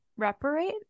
reparate